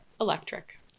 Electric